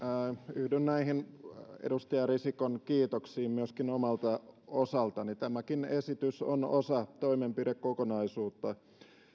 yhdyn näihin edustaja risikon kiitoksiin myöskin omalta osaltani tämäkin esitys on osa toimenpidekokonaisuutta